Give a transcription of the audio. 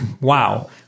Wow